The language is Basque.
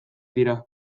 dira